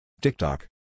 TikTok